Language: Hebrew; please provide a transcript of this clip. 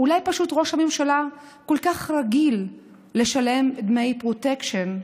אולי פשוט ראש הממשלה כל כך רגיל לשלם דמי פרוטקשן,